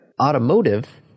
automotive